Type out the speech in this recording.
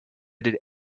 did